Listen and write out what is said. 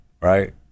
right